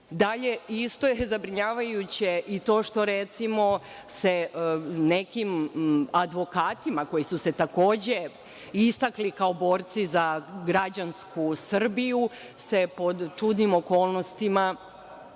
isto je zabrinjavajuće i to što se nekim advokatima koji su se takođe istakli kao borci za građansku Srbiju pod čudnim okolnostima,